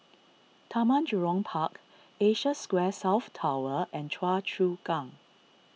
Taman Jurong Park Asia Square South Tower and Choa Chu Kang